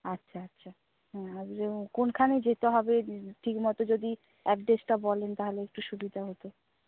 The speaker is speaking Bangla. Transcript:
আচ্ছা আচ্ছা কোনখানে যেতে হবে ঠিকমতো যদি অ্যাড্রেসটা বলেন তাহলে একটু সুবিধা হতো